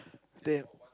damn